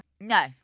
No